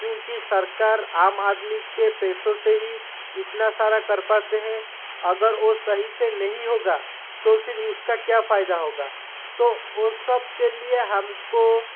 क्योंकि सरकार आम आदमी के पैसों से ही इतना सारा कर पाती हैं अगर वो सही से नहीं होगा तो फिर उसका क्या फ़ायदा होगा तो ओ सब के लिए हम को